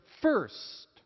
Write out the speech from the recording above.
first